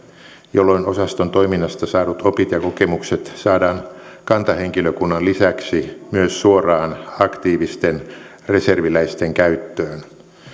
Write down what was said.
jolloin osaston toiminnasta saadut opit ja kokemukset saadaan kantahenkilökunnan lisäksi myös suoraan aktiivisten reserviläisten käyttöön